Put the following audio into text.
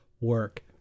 work